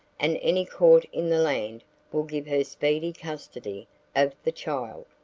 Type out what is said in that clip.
and any court in the land will give her speedy custody of the child,